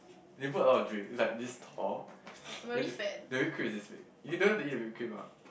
they put a lot of drink it's like this tall then the the whipped cream is this big you don't hsve to eat the whipped cream ah